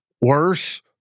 worse